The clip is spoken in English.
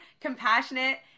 compassionate